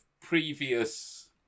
previous